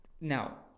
Now